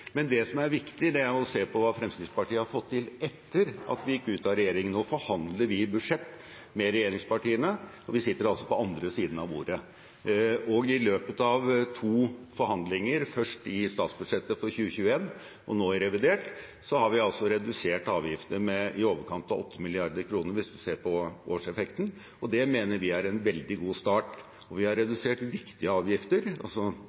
men det som er viktig, er å se på hva Fremskrittspartiet har fått til etter at vi gikk ut av regjering. Nå forhandler vi budsjett med regjeringspartiene, og vi sitter på andre siden av bordet. I løpet av to forhandlinger, først om statsbudsjettet for 2021 og nå om revidert, har vi redusert avgiftene med i overkant av 8 mrd. kr, hvis man ser på årseffekten. Det mener vi er en veldig god start. Vi har